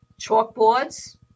chalkboards